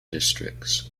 districts